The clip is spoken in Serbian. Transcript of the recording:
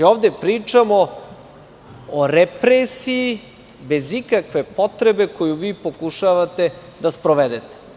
Ovde pričamo o represiji bez ikakve potrebe koju vi pokušavate da sprovedete.